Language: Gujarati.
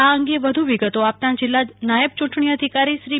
આ અંગે વધુ વિગતો આપતા જિલ્લા નાયબ ચૂંટણી અધિકારી શ્રી એમ